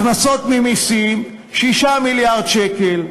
הכנסות ממסים, 6 מיליארד שקל,